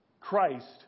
Christ